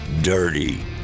dirty